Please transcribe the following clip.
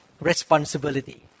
responsibility